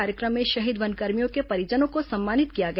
कार्यक्रम में शहीद वनकर्मियों के परिजनों को सम्मानित किया गया